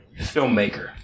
filmmaker